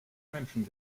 menschen